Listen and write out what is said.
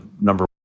number